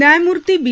न्यायमूर्ती बी